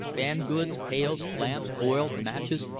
van-goods, pails, lamps, oil, matches,